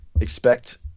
expect –